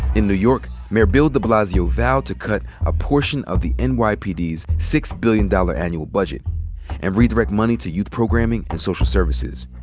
in new york mayor bill de blasio vowed to cut a portion of the n. y. p. d. s six billion dollar annual budget and redirect money to youth programming and social services.